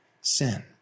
sin